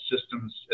systems